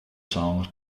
songs